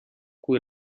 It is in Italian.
cui